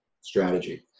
strategy